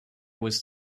was